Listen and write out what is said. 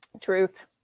Truth